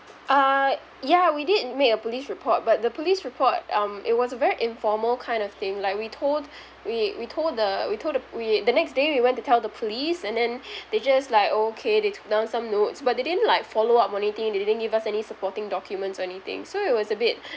uh ya we did make a police report but the police report um it was very informal kind of thing like we told we we told the we told the we the next day we went to tell the police and then they just like okay they took down some notes but they didn't like follow up or anything they didn't give us any supporting documents or anything so it was a bit